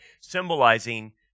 symbolizing